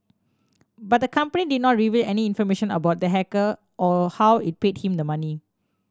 but the company did not reveal any information about the hacker or how it paid him the money